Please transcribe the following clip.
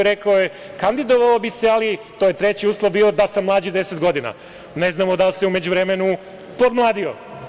Rekao je: „Kandidovao bi se, ali to je treći uslov da sam mlađi 10 godina.“ Ne znamo, da li se u međuvremenu podmladio.